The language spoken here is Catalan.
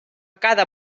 cada